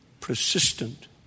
persistent